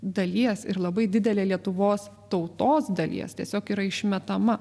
dalies ir labai didelė lietuvos tautos dalies tiesiog yra išmetama